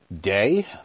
day